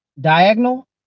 diagonal